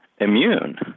immune